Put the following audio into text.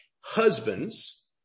husbands